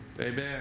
Amen